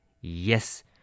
Yes